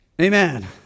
amen